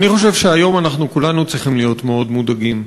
אני חושב שאנחנו כולנו צריכים להיות היום מאוד מודאגים.